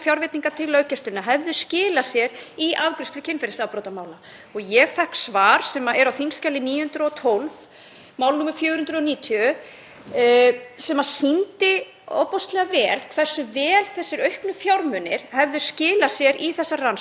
sem sýndi ofboðslega vel hversu vel þessir auknu fjármunir skiluðu sér í þessar rannsóknir og hvað árangurinn var mikill. Það er líka mjög vel greint í þessu svari hvernig lögreglan á höfuðborgarsvæðinu breytti verklagi sínu